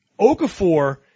Okafor